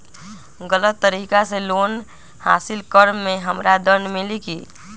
गलत तरीका से लोन हासिल कर्म मे हमरा दंड मिली कि?